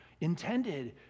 intended